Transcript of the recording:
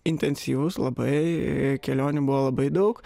intensyvūs labai kelionių buvo labai daug